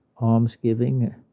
almsgiving